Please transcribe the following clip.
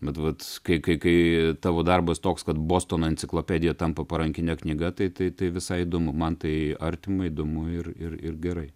bet vat kai kai kai tavo darbas toks kad bostono enciklopedija tampa parankine knyga tai tai tai visai įdomu man tai artima įdomu ir ir ir gerai